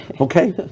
Okay